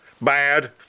bad